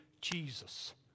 Jesus